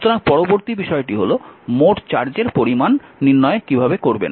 সুতরাং পরবর্তী বিষয়টি হল মোট চার্জের পরিমান নির্ণয় করুন